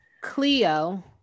Cleo